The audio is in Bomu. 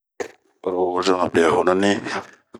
Oro wozomɛ be honuni.